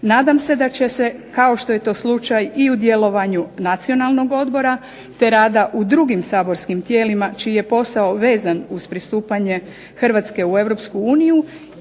Nadam se da će se, kao što je to slučaj i u djelovanju Nacionalnog odbora te rada u drugim saborskim tijelima čiji je posao vezan uz pristupanje Hrvatske u